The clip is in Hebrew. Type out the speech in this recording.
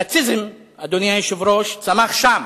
הנאציזם, אדוני היושב-ראש, צמח שם,